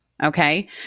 Okay